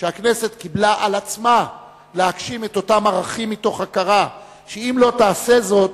שהכנסת קיבלה על עצמה להגשים את אותם ערכים מתוך הכרה שאם לא תעשה זאת,